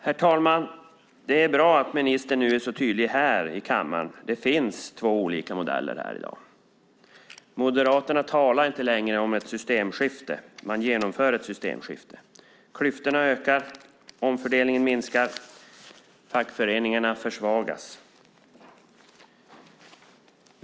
Herr talman! Det är bra att ministern är så tydlig i kammaren. Det finns två olika modeller i dag. Moderaterna talar inte längre om ett systemskifte. Man genomför ett systemskifte. Klyftorna ökar, omfördelningen minskar, fackföreningarna försvagas.